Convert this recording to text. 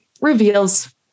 reveals